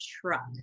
truck